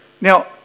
Now